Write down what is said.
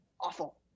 awful